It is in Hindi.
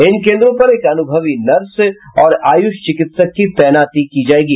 इन केंद्रों पर एक अनुभवी नर्स और आयुष चिकित्सक की तैनाती की जायेगी